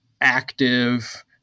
active